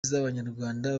z’abanyarwanda